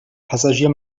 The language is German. passagier